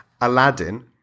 Aladdin